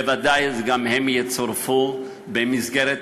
בוודאי גם הן יצורפו במסגרת